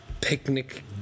picnic